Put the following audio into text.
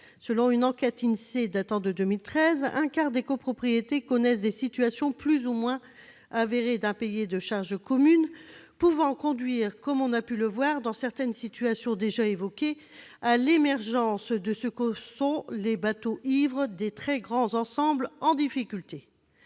Selon une enquête de l'INSEE datant de 2013, un quart des copropriétés connaissent des situations plus ou moins avérées d'impayés de charges communes, pouvant conduire, comme on a pu le voir dans certaines situations déjà évoquées, à l'émergence, dans de très grands ensembles en difficulté,